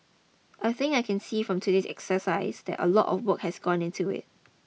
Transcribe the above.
I think I can see from today's exercise a lot of work has gone into it